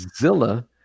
Zilla